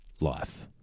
life